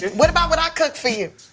what about what i cooked for you?